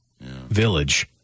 village